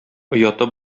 ояты